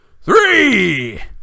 three